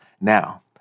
Now